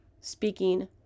speaking